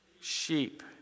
Sheep